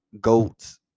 goats